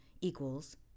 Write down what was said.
equals